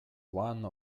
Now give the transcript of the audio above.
one